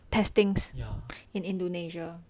testings in indonesia